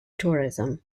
tourism